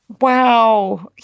Wow